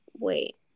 Wait